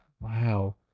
Wow